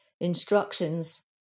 instructions